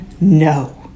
no